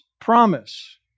promise